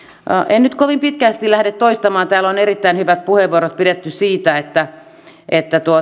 en nyt kovin pitkälti lähde toistamaan täällä on erittäin hyvät puheenvuorot pidetty siitä että että